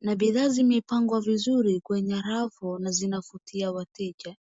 na bidhaa zimepangwa vizuri kwenye rafu na zinavutia wateja.